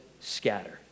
scatter